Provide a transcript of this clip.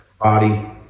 body